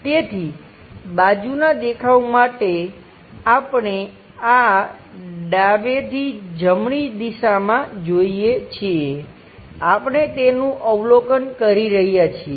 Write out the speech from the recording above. તેથી બાજુના દેખાવ માટે આપણે આ ડાબેથી જમણી દિશામાં જોઈએ છીએ આપણે તેનું અવલોકન કરી રહ્યા છીએ